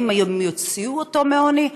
האם הם יוציאו אותו מהעוני?